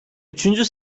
üçüncü